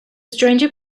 stranger